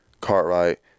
Cartwright